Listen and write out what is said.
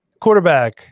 Quarterback